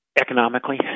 economically